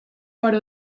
però